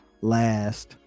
last